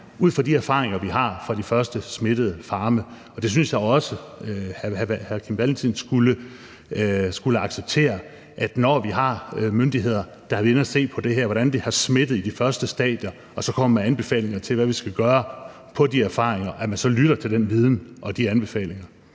ud fra de erfaringer, vi har fra de første smittede farme. Og jeg synes også, at hr. Kim Valentin skulle acceptere det, når vi har myndigheder, der har været inde at se på det her og på, hvordan det har smittet i de første stadier, og så kommer med anbefalinger til, hvad vi skal gøre ud fra de erfaringer, altså at man så lytter til den viden og de anbefalinger.